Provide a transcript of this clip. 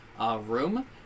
room